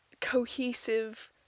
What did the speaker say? cohesive